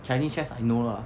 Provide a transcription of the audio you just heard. chinese chess I know lah